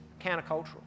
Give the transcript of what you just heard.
countercultural